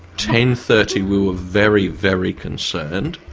ten. thirty we were very very concerned.